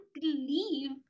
believe